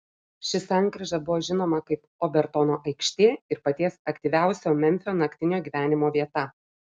ši sankryža buvo žinoma kaip obertono aikštė ir paties aktyviausio memfio naktinio gyvenimo vieta